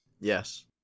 Yes